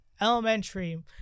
elementary